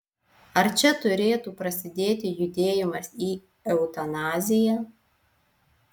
ar čia turėtų prasidėti judėjimas į eutanaziją